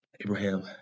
abraham